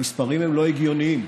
המספרים הם לא הגיוניים.